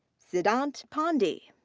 siddhant pandey.